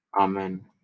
Amen